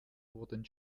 wurden